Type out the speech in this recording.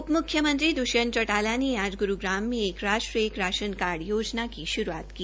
उप मुख्यमंत्री दुष्यंत चौटाला ने आज गुरूग्राम में एक राष्ट्र एक राशन कार्ड योजना की शुरूआत की